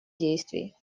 действий